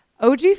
OG